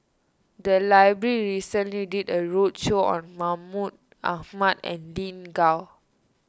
the library recently did a roadshow on Mahmud Ahmad and Lin Gao